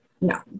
No